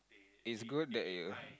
it's good that you